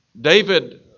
David